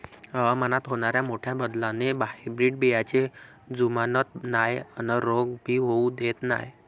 हवामानात होनाऱ्या मोठ्या बदलाले हायब्रीड बियाने जुमानत नाय अन रोग भी होऊ देत नाय